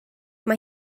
mae